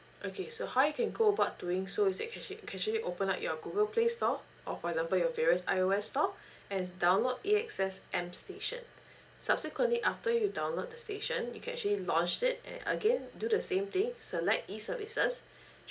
okay so how you can go about doing so is that casually casually open up your google play store or for example your various I_O_S store and download A_X_S m station subsequently after you download the station you can actually launch it and again do the same thing select e services